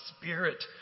spirit